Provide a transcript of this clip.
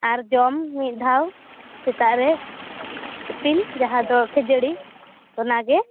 ᱟᱨ ᱡᱚᱢ ᱢᱤᱫ ᱫᱷᱟᱣ ᱥᱮᱛᱟᱜ ᱨᱮ ᱴᱤᱯᱤᱱ ᱡᱟᱦᱟᱸᱫᱚ ᱠᱷᱟ ᱡᱟ ᱲᱤ ᱚᱱᱟᱜᱮ